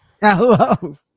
Hello